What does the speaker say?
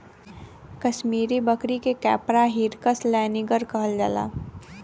कसमीरी बकरी के कैपरा हिरकस लैनिगर कहल जाला